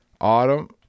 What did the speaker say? Autumn